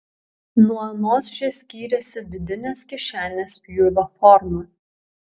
nuo anos ši skyrėsi vidinės kišenės pjūvio forma